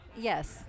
Yes